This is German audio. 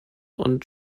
und